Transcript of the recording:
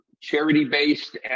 charity-based